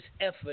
effort